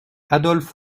adolphe